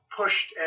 pushed